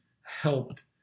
helped